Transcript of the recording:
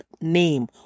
name